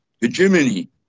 hegemony